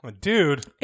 Dude